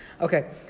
Okay